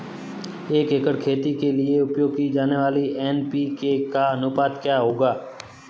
दस एकड़ खेती के लिए उपयोग की जाने वाली एन.पी.के का अनुपात क्या होगा?